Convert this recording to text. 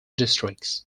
districts